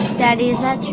daddy, is that true?